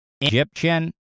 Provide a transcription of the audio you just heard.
Egyptian